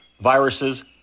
viruses